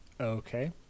Okay